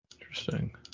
Interesting